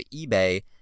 eBay